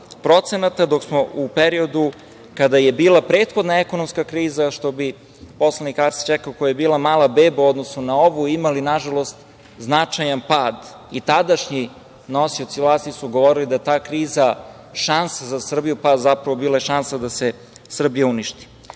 dok smo u periodu kada je bila prethodna ekonomska kriza, što bi poslanik Arsić rekao – koja je bila mala beba u odnosu na ovu, imali, nažalost, značajan pad. Tadašnji nosioci vlasti su govorili da je ta kriza šansa za Srbiju, a zapravo je bila šansa da se Srbija uništi. Ono